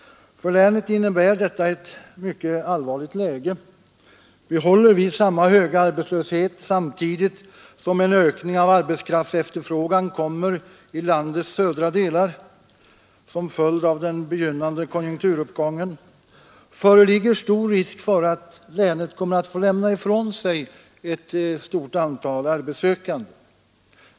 Läget är för länet mycket allvarligt. Behåller vi samma höga arbetslöshet samtidigt som det blir en ökning av arbetskraftsefterfrågan i landets södra delar som en följd av den begynnande konjunkturuppgången föreligger stor risk för att länet får lämna ifrån sig ett stort antal arbetssökande.